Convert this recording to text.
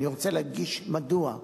אני רוצה להדגיש מדוע: